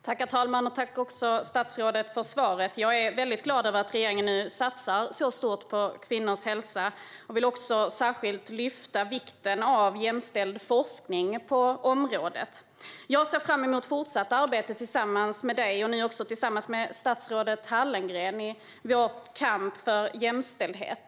Herr talman! Tack, statsrådet, för svaret! Jag är väldigt glad över att regeringen nu satsar så stort på kvinnors hälsa. Jag vill också lyfta vikten av jämställd forskning på området. Jag ser fram emot ett fortsatt arbete tillsammans med dig och med statsrådet Hallengren i vår kamp för jämställdhet.